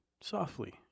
softly